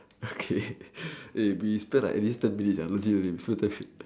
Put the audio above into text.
okay eh we spend like at least ten mintues lah legit legit so thats it